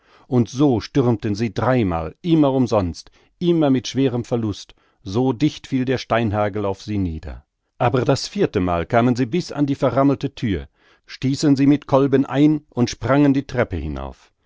und so stürmten sie dreimal immer umsonst immer mit schwerem verlust so dicht fiel der steinhagel auf sie nieder aber das vierte mal kamen sie bis an die verrammelte thür stießen sie mit kolben ein und sprangen die treppe hinauf